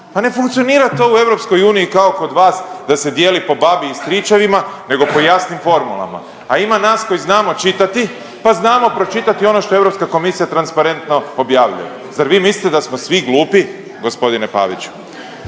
Pa ne funkcionira to u EU kao kod vas da se dijeli po babi i stričevima nego po jasnim formulama. A ima nas koji znamo čitati pa znamo pročitati ono što Europska komisija transparentno objavljuje. Zar vi mislite da smo svi glupi, gospodine Paviću?